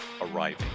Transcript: arriving